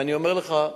ואני אומר לך,